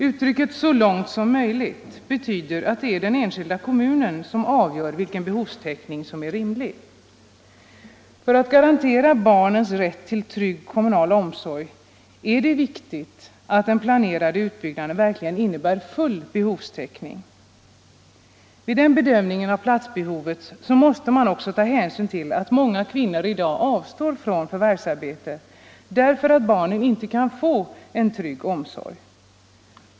Uttrycket ”så långt som möjligt” betyder att det är den enskilda kommunen som avgör vilken behovstäckning som är rimlig. För att garantera barnens rätt till trygg kommunal omsorg är det viktigt att den planerade utbyggnaden verkligen innebär full behovstäckning. Vid den bedömningen av platsbehovet måste man också ta hänsyn till att många kvinnor i dag avstår från förvärvsarbete därför att barnen inte kan få en trygg omsorg.